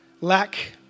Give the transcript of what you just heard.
lack